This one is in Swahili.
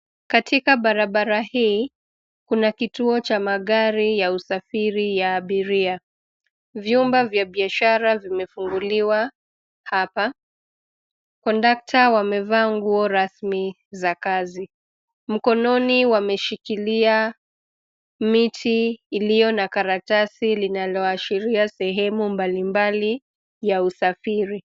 Katika barabara hii kuna kituo cha magari ya usafiri ya abiria. Vyumba vya biashara vimefunguliwa hapa. Kondakta wamevaa nguo rasmi za kazi, mkononi wameshilia miti iliyo na karatasi linaloashiria sehemu mbali mbali ya usafiri.